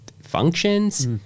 functions